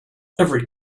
every